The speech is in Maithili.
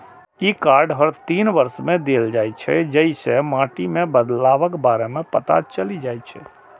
ई कार्ड हर तीन वर्ष मे देल जाइ छै, जइसे माटि मे बदलावक बारे मे पता चलि जाइ छै